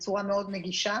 בצורה מאוד נגישה